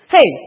Hey